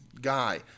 guy